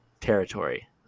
territory